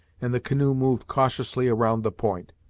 and the canoe moved cautiously around the point.